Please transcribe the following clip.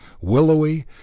willowy